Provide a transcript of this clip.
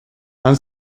han